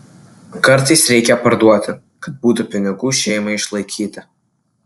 kartais reikia parduoti kad būtų pinigų šeimai išlaikyti